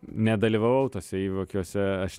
nedalyvavau tuose įvykiuose aš